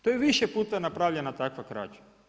To je više puta napravljena takva krađa.